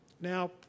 Now